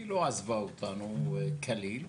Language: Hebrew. היא לא עזבה אותנו כליל,